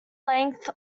length